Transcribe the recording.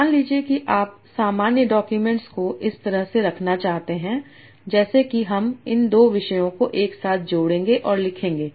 मान लीजिए कि आप सामान्य डाक्यूमेंट्स को इस तरह से रखना चाहते हैं जैसे कि हम इन 2 विषयों को एक साथ जोड़ेंगे और लिखेंगे